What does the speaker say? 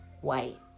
white